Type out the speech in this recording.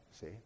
see